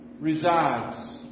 resides